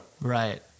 right